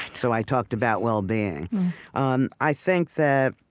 so i talked about well-being um i think that